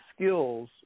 skills